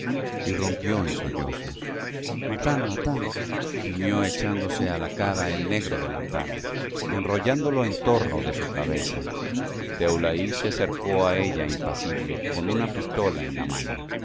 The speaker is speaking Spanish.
y rompió en sollozos mátam mátam gimió echándose a la cara el negro delantal enrollándolo en torno de su cabeza teulaí se acercó a ella impasible con una pistola en la mano